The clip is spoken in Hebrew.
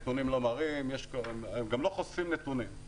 הם גם לא חושפים נתונים.